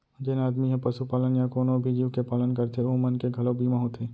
जेन आदमी ह पसुपालन या कोनों भी जीव के पालन करथे ओ मन के घलौ बीमा होथे